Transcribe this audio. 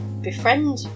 befriend